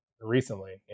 recently